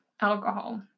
alcohol